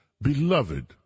beloved